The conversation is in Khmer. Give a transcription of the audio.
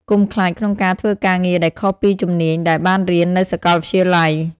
កុំខ្លាចក្នុងការធ្វើការងារដែលខុសពីជំនាញដែលបានរៀននៅសាកលវិទ្យាល័យ។